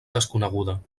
desconeguda